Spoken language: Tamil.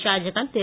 ஷாஜகான் திரு